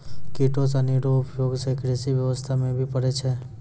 किटो सनी रो उपयोग से कृषि व्यबस्था मे भी पड़ै छै